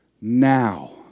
now